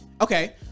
okay